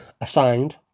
assigned